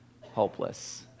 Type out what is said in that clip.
hopeless